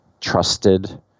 trusted